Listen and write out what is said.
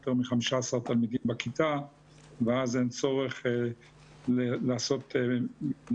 יותר מ-15 תלמידים בכיתה ואז אין צורך לעשות מבנה